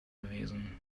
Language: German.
gewesen